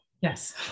Yes